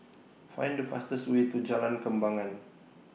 Find The fastest Way to Jalan Kembangan